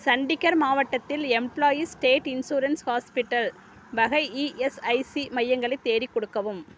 சண்டிகர் மாவட்டத்தில் employees state insurance hospital வகை ESIC மையங்களை தேடி கொடுக்கவும்